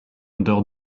d’heures